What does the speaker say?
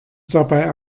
dabei